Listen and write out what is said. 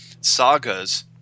sagas